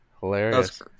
Hilarious